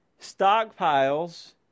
stockpiles